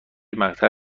مقطع